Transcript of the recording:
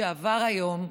שעבר היום,